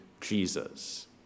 Jesus